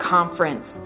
Conference